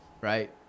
right